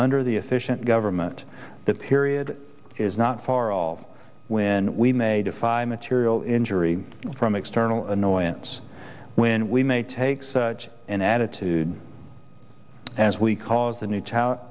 under the efficient government the period is not far off when we may defy material injury from external annoyance when we may take such an attitude as we cause a new